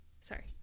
sorry